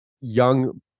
young